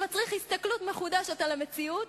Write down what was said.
שמצריך הסתכלות מחודשת על המציאות,